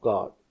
God